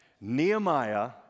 Nehemiah